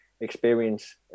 experience